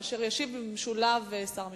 וישיב במשולב שר המשפטים.